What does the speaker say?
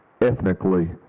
ethnically